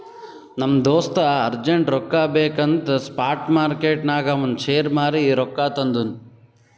ನಮ್ ದೋಸ್ತ ಅರ್ಜೆಂಟ್ ರೊಕ್ಕಾ ಬೇಕ್ ಅಂತ್ ಸ್ಪಾಟ್ ಮಾರ್ಕೆಟ್ನಾಗ್ ಅವಂದ್ ಶೇರ್ ಮಾರೀ ರೊಕ್ಕಾ ತಂದುನ್